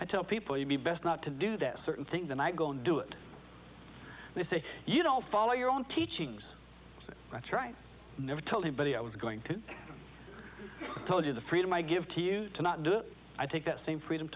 i tell people you the best not to do that certain thing then i go and do it they say you don't follow your own teachings that's right i never told anybody i was going to told you the freedom i give to you to not do it i take that same freedom